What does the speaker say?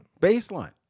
baseline